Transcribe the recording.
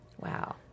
Wow